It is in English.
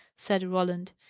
said roland.